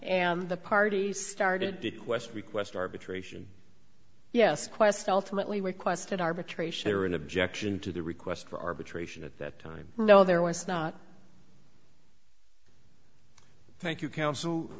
and the parties started to quest request arbitration yes quest ultimately requested arbitration or an objection to the request for arbitration at that time no there was not thank you counsel